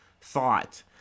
thought